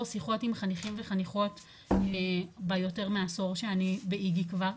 שיחות עם חניכים וחניכות ביותר מעשור שאני באיגי כבר.